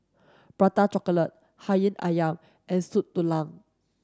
prata chocolate hati ayam and soup tulang